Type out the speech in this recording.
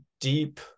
deep